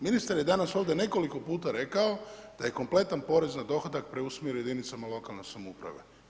Ministar je danas ovdje nekoliko puta rekao da je kompletan porez na dohodak preusmjerio jedinicama lokalne samouprave.